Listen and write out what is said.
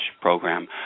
program